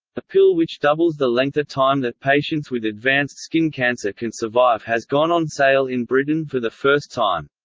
a pill which doubles the length of time that patients with advanced skin cancer can survive has gone on sale in britain for the first time.